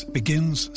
begins